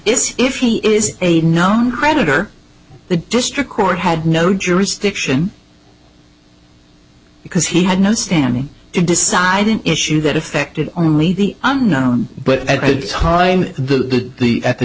is if he is a known creditor the district court had no jurisdiction because he had no standing to decide an issue that affected only the unknown but at the time the the at the